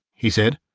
he said,